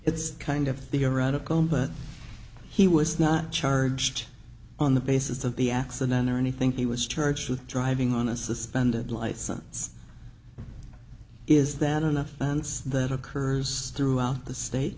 it's kind of theoretical but he was not charged on the basis of the accident or anything he was charged with driving on a suspended license is that enough and that occurs throughout the state